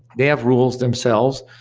they have rules themselves.